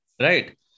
right